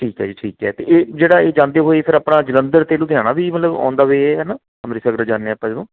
ਠੀਕ ਹੈ ਜੀ ਠੀਕ ਹੈ ਅਤੇ ਇਹ ਜਿਹੜਾ ਇਹ ਜਾਂਦੇ ਹੋਏ ਫਿਰ ਆਪਣਾ ਜਲੰਧਰ ਅਤੇ ਲੁਧਿਆਣਾ ਵੀ ਮਤਲਬ ਔਨ ਦਾ ਵੇ ਹੈ ਨਾ ਅੰਮ੍ਰਿਤਸਰ ਤੋਂ ਜਾਂਦੇ ਹਾਂ ਆਪਾਂ ਜਦੋਂ